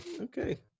Okay